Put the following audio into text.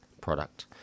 product